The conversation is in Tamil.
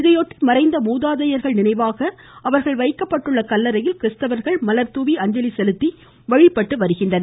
இதையொட்டி மறைந்த மூதாதையர்கள் நினைவாக அவர்கள் வைக்கப்பட்டுள்ள கல்லநையில் மலர் தூவி அஞ்சலி செலுத்தி வழிபட்டு வருகின்றனர்